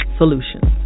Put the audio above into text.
solutions